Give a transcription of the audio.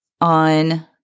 on